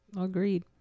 Agreed